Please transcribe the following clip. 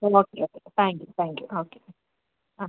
okay thank you thank you okay